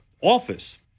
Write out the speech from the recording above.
office